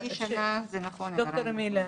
ד"ר אמיליה,